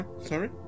sorry